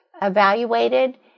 evaluated